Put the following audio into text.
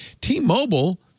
T-Mobile